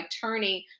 turning